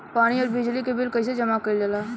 पानी और बिजली के बिल कइसे जमा कइल जाला?